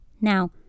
Now